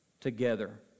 together